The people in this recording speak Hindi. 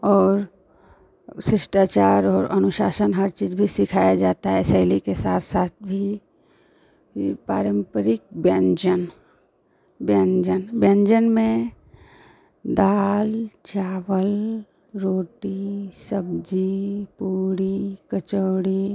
और शिष्टाचार और अनुशासन हर चीज़ भी सिखाई जाती है शैली के साथ साथ भी यह पारम्परिक व्यंजन व्यंजन व्यंजन में दाल चावल रोटी सब्ज़ी पूड़ी कचौड़ी